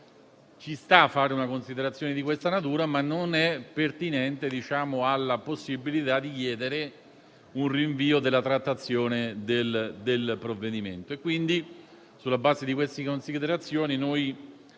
nostro Paese. Una considerazione di questa natura è necessaria ma non è pertinente alla possibilità di chiedere un rinvio della trattazione del provvedimento